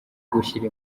gushyira